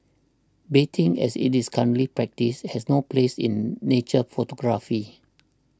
baiting as it is currently practised has no place in nature photography